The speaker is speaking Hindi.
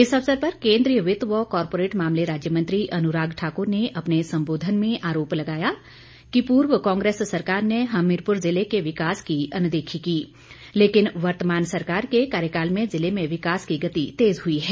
इस अवसर पर केंद्रीय वित्त व कारपोरेट मामले राज्य मंत्री अनुराग ठाकुर ने अपने संबोधन में आरोप लगाया कि पूर्व कांग्रेस सरकार ने हमीरपुर ज़िले के विकास की अनदेखी की लेकिन वर्तमान सरकार के कार्यकाल में ज़िले में विकास की गति तेज हुई है